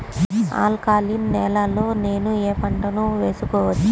Alkaline నేలలో నేనూ ఏ పంటను వేసుకోవచ్చు?